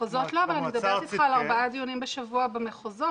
אבל אני מדברת איתך על ארבעה דיונים בשבוע במחוזות.